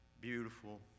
beautiful